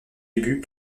débuts